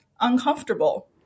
uncomfortable